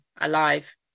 alive